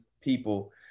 people